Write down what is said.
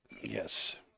yes